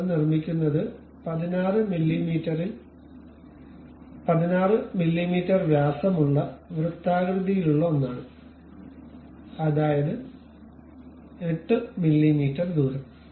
നമ്മൾ നിർമ്മിക്കുന്നത് 16 മില്ലീമീറ്ററിൽ 16 മില്ലീമീറ്റർ വ്യാസമുള്ള വൃത്താകൃതിയിലുള്ള ഒന്നാണ് അതായത് 8 മില്ലീമീറ്റർ ദൂരം